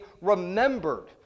remembered